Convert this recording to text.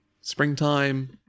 springtime